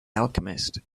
alchemist